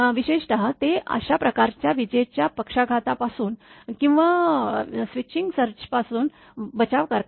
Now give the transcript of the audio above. विशेषतः ते अशा प्रकारच्या विजेच्या पक्षाघातापासून किंवा स्विचिंग सर्जपासून बचाव करतात